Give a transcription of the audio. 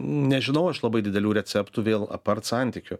nežinau aš labai didelių receptų vėl apart santykio